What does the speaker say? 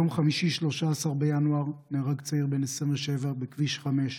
ביום חמישי, 13 בינואר, נהרג צעיר בן 27 בכביש 5,